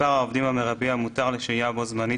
מספר העובדים המרבי המותר לשהייה בו-זמנית